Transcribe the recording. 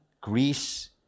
Greece